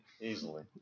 Easily